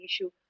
issue